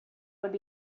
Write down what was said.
would